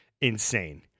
insane